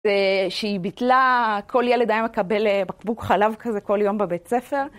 שהיא ביטלה, כל ילד היה מקבל בקבוק חלב כזה כל יום בבית ספר.